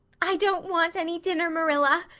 i don't want any dinner, marilla,